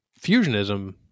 fusionism